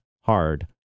hard